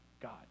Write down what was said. God